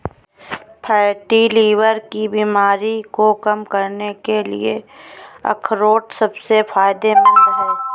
fatty liver की बीमारी को कम करने के लिए अखरोट सबसे फायदेमंद है